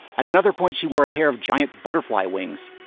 at another point, she wore a pair of giant butterfly wings.